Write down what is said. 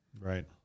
Right